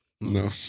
No